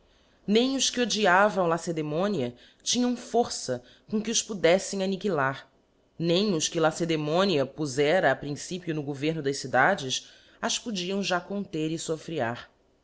nem os que odiavam cedemonia tinham força com que os podeffem aniqu lar nem os que lacedemonia pofera a principio no g vemo das cidades as podiam já conter e foflrear